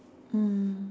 mm